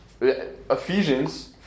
Ephesians